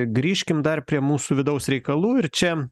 grįžkim dar prie mūsų vidaus reikalų ir čia